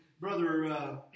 Brother